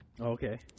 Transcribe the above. Okay